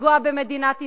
לפגוע במדינת ישראל,